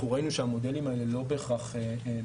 אנחנו ראינו שהמודלים האלה לא בהכרח מוצלחים